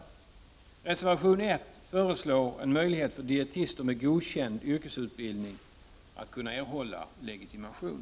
I reservation 1 föreslås att dietister med godkänd yrkesutbildning skall kunna erhålla legitimation.